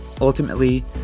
Ultimately